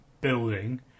building